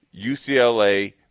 UCLA –